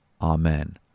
Amen